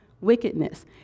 wickedness